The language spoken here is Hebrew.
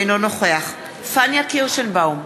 אינו נוכח פניה קירשנבאום,